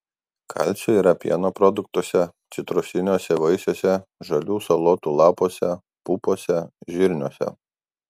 kalcio yra pieno produktuose citrusiniuose vaisiuose žalių salotų lapuose pupose žirniuose